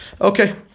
Okay